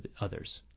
others